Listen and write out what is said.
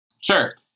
Sure